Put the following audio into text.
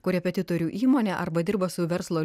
korepetitorių įmonę arba dirba su verslo